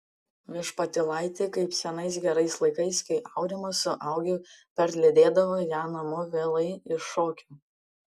viešpatėlaiti kaip senais gerais laikais kai aurimas su augiu parlydėdavo ją namo vėlai iš šokių